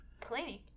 Cleaning